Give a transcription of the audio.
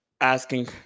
asking